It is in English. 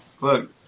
look